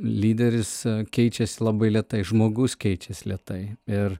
lyderis keičiasi labai lėtai žmogus keičias lėtai ir